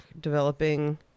developing